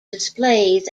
displays